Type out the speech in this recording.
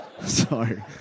Sorry